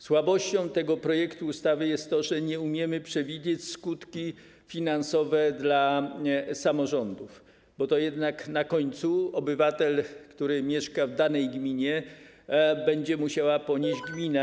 Słabością tego projektu ustawy jest to, że nie umiemy przewidzieć skutków finansowych dla samorządów, bo jednak na końcu za obywatela, który mieszka w danej gminie, opłatę będzie musiała ponieść gmina.